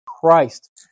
Christ